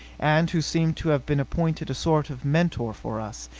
and who seemed to have been appointed a sort of mentor for us,